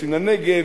יוצאים לנגב,